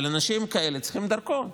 אבל אנשים כאלה צריכים דרכון,